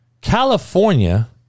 California